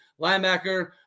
Linebacker